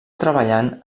treballant